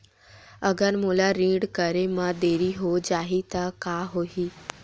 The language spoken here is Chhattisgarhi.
अगर मोला ऋण करे म देरी हो जाहि त का होही?